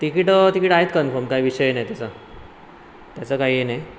तिकीटं तिकीटं आहेत कन्फम काही विषय नाही तसा त्याचं काही हे नाही